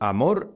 Amor